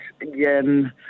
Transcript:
again